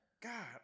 God